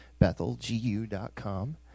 BethelGU.com